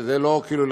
שזה לא כאילו,